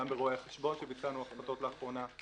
גם ברואי החשבון שביצענו אצלם הפחתות לאחרונה.